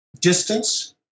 distance